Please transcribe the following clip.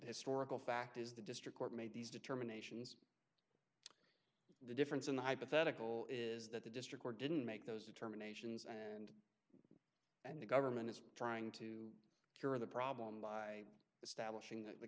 historical fact is the district court made these determinations the difference in the hypothetical is that the district or didn't make those determinations and and the government is trying to cure the problem by establishing the